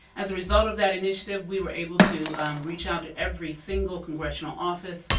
as a result of that initiative we were able to reach out to every single congressional office,